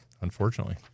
unfortunately